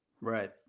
Right